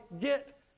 get